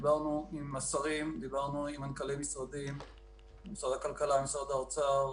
דיברנו עם השרים ועם מנכ"לי משרד הכלכלה ומשרד האוצר,